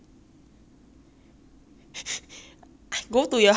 go to your house and open up everything is going to start falling out ah